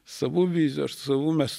savų vizijų aš savų mes